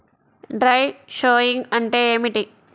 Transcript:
Dry sowing అంటే ఏమిటి?